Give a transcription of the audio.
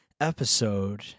episode